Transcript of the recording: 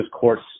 courts